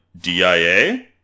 DIA